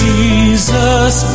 Jesus